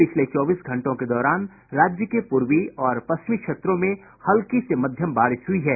पिछले चौबीस घंटों के दौरान राज्य के पूर्वी और पश्चिमी क्षेत्रों में हल्की से मध्यम बारिश हुई है